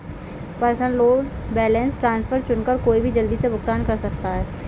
personal loan balance transfer चुनकर कोई भी जल्दी से भुगतान कर सकता है